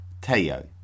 Teo